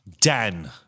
Dan